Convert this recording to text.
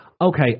Okay